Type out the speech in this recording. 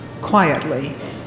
quietly